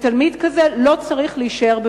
ותלמיד כזה לא צריך להישאר בבית-הספר.